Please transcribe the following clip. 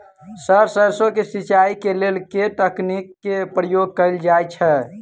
Sir सैरसो केँ सिचाई केँ लेल केँ तकनीक केँ प्रयोग कैल जाएँ छैय?